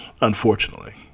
unfortunately